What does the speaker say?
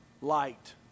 light